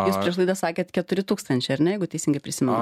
jis prieš laidą sakėte keturi tūkstančiai ar ne jeigu teisingai prisimenu